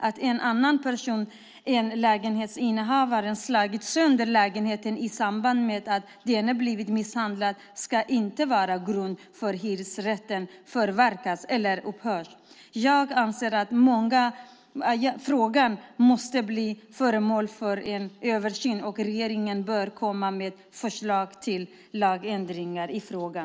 Att en annan person än lägenhetsinnehavaren slagit sönder lägenheten i samband med att denna blivit misshandlad ska inte vara grund för att hyresrätten förverkas eller upphör. Jag anser att frågan måste bli föremål för en översyn och att regeringen bör komma med förslag till lagändringar i frågan.